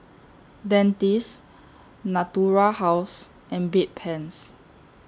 Dentiste Natura House and Bedpans